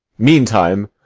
meantime,